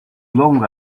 long